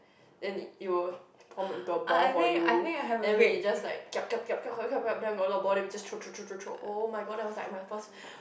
then it will form into a ball for you then we just like kiap kiap kiap kiap kiap kiap kiap then got a lot of ball then we just throw throw throw throw throw oh my god that was like my first